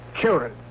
children